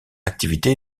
activité